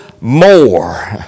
more